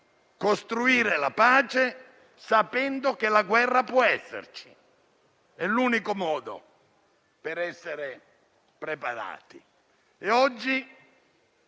costruire la pace sapendo che la guerra può esserci. È l'unico modo per essere prepararti. Oggi,